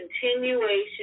continuation